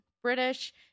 british